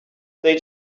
they